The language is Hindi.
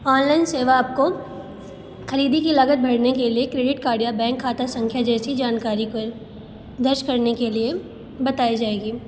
ऑनलाइन सेवा आपको खरीदी की लागत भरने के लिए क्रेडिट कार्ड या बैंक खाता संख्या जैसी जानकारी पर दर्ज करने के लिए बताई जाएगी